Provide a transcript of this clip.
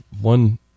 one